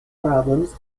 problems